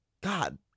God